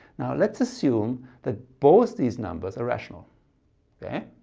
now let's assume that both these numbers are rational. yeah